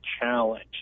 challenge